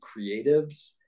creatives